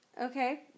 Okay